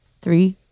Three